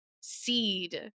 seed